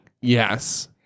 yes